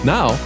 Now